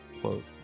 quote